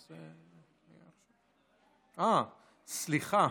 אה, סליחה,